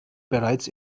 bereits